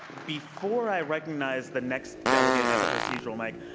before i recognize the next delegate at the procedural mic,